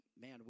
Man